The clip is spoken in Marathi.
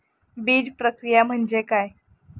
बीजप्रक्रिया म्हणजे काय?